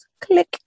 Click